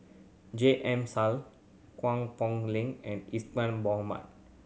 J M Sali Guang Poh Leng and Isadhora Mohamed